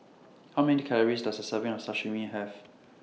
How Many Calories Does A Serving of Sashimi Have